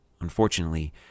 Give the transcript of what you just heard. unfortunately